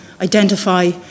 identify